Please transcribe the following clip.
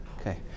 Okay